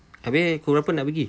habis pukul berapa nak pergi